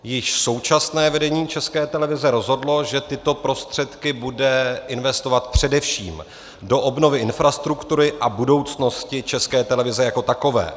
Již současné vedení České televize rozhodlo, že tyto prostředky bude investovat především do obnovy infrastruktury a budoucnosti České televize jako takové.